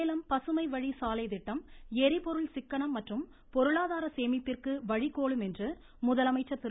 சேலம் பசுமை வழி சாலை திட்டம் எரிபொருள் சிக்கனம் மற்றும் பொருளாதார சேமிப்பிற்கு வழிகோலும் என்று முதலமைச்சர் திரு